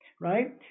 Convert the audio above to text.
Right